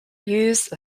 used